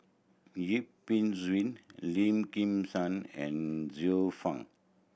Yip Pin Xiu Lim Kim San and Xiu Fang